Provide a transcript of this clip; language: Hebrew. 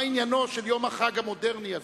מה עניינו של יום החג המודרני הזה,